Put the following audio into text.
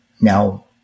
Now